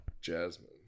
Jasmine